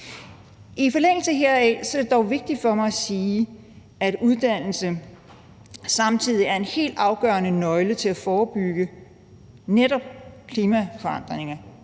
I forlængelse heraf er det dog vigtigt for mig at sige, at uddannelse samtidig er en helt afgørende nøgle til at forebygge netop klimaforandringer,